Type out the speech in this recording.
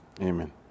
amen